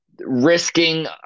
risking